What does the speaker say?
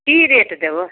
कि रेट देबै